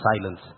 silence